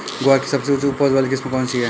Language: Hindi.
ग्वार की सबसे उच्च उपज वाली किस्म कौनसी है?